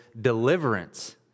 deliverance